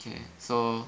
okay so